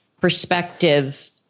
perspective